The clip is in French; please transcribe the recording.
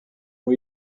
ont